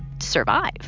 survive